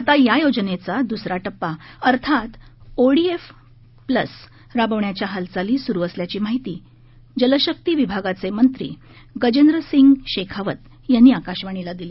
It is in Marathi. आता या योजनेचा दुसरा टप्पा अर्थात ओडीएफ प्लस राबवण्याच्या हालघाली सुरू असल्याची माहिती जलशक्ती विभागाषे मंत्री गजेंद्र सिंह शेखावत यांनी आकाशवाणीला दिली